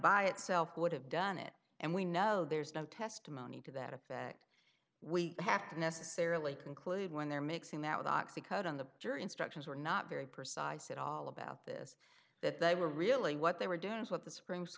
by itself would have done it and we know there's no testimony to that effect we have to necessarily conclude when they're mixing that with oxy code on the jury instructions were not very precise at all about this that they were really what they were doing what the supr